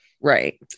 right